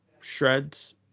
shreds